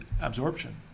absorption